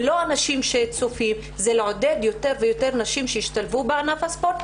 ולא אנשים שצופים - זה לעודד יותר ויותר נשים שהשתלבו בענף הספורט,